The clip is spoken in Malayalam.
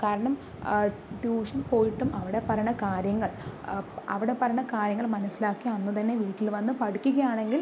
കാരണം ട്യൂഷൻ പോയിട്ടും അവിടെ പറയണ കാര്യങ്ങൾ അവിടെ പറയണ കാര്യങ്ങൾ മനസ്സിലാക്കി അന്നു തന്നെ വീട്ടിൽ വന്ന് പഠിക്കുകയാണെങ്കിൽ